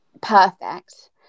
perfect